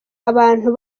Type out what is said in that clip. abantu